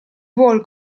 vuol